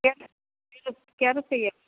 क्या क्या रुपये